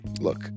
look